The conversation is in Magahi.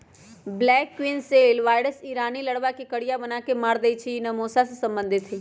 ब्लैक क्वीन सेल वायरस इ रानी लार्बा के करिया बना के मार देइ छइ इ नेसोमा से सम्बन्धित हइ